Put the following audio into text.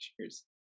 Cheers